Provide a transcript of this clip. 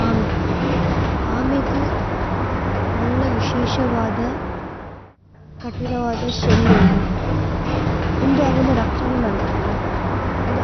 സല്വേ, ബേനേ വേനിസ്തി അദ് മേഅമ്